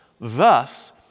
Thus